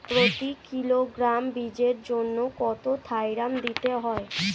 প্রতি কিলোগ্রাম বীজের জন্য কত থাইরাম দিতে হবে?